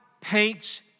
paints